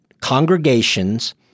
congregations